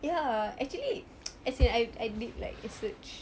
ya actually as in I I did like search